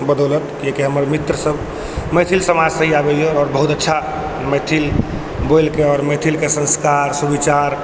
बदौलत कियाकि हमर मित्र सब मैथिल समाजसँ ही आबै अइ आओर बहुत अच्छा मैथिल बोलिके आओर मैथिलके संस्कार सुविचार